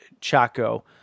Chaco